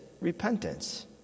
repentance